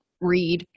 read